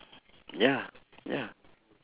ya ya